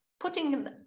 putting